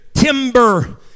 Timber